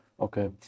okay